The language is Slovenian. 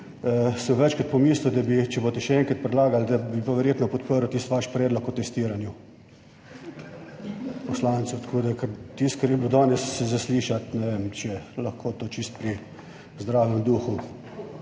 sem večkrat pomislil, da bi, če boste še enkrat predlagali, da bi pa verjetno podprl tisti vaš predlog o testiranju poslancev, tako da tisto, kar je bilo danes zaslišati, ne vem, če lahko to čisto pri zdravem duhu